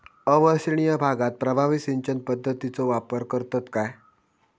अवर्षणिय भागात प्रभावी सिंचन पद्धतीचो वापर करतत काय?